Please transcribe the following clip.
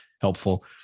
helpful